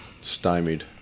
stymied